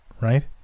right